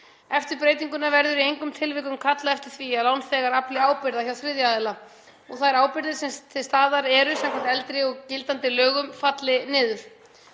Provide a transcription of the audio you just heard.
Eftir breytinguna verður í engum tilvikum kallað eftir því að lánþegar afli ábyrgða hjá þriðja aðila og þær ábyrgðir sem til staðar eru samkvæmt eldri gildandi lögum falli niður.